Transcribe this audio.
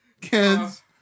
kids